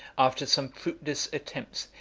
after some fruitless attempts,